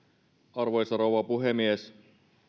arvoisa rouva puhemies